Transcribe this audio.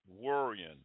worrying